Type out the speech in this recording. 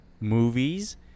movies